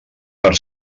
per